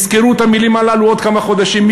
תזכרו את המילים הללו עוד כמה חודשים.